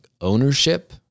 ownership